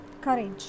courage